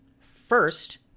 First